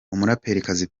umuraperikazi